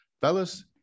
Fellas